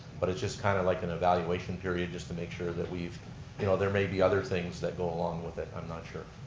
but it's just kind of like an evaluation period just to make sure that we've, you know there may be other things that go along with it, i'm not sure.